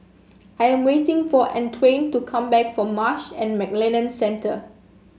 I am waiting for Antwain to come back from Marsh and McLennan Centre